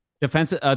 defensive